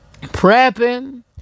prepping